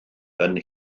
ein